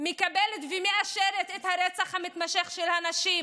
ומאשרת את הרצח המתמשך של הנשים.